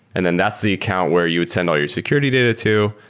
and then that's the account where you would send all your security data to.